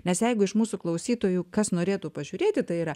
nes jeigu iš mūsų klausytojų kas norėtų pažiūrėti tai yra